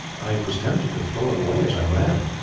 i was tempted to throw it away as i ran.